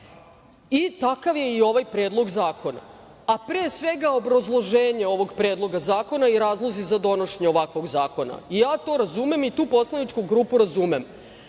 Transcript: I, takav je i ovaj Predlog zakona, a pre svega obrazloženje ovog Predloga zakona i razlozi za donošenje ovakvog zakona. Ja to razumem i tu poslaničku grupu razumem,